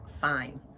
fine